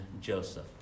Joseph